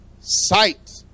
sight